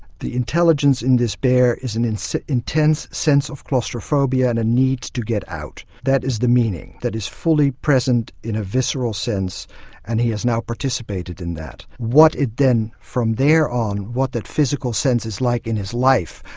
the intelligence in this bear is an intense sense of claustrophobia and a need to get out, that is the meaning that is fully present in a visceral sense and he has now participated in that. what it then from there on, what that physical sense is like in his life,